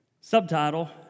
Subtitle